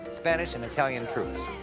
spanish, and italian troops.